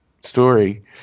story